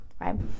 right